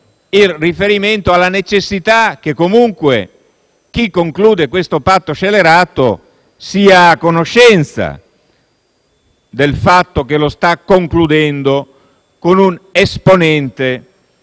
il riferimento alla necessità che, comunque, chi conclude questo patto scellerato sia a conoscenza del fatto che lo sta concludendo con l'esponente